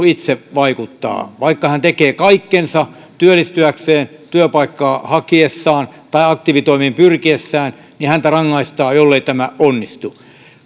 itse vaikuttaa vaikka hän tekee kaikkensa työllistyäkseen työpaikkaa hakiessaan tai aktiivitoimiin pyrkiessään niin häntä rangaistaan jollei tämä onnistu